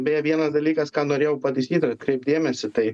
beje vienas dalykas ką norėjau pataisyt ir atkreipt dėmesį tai